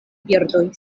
birdoj